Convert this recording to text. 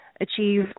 achieve